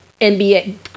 NBA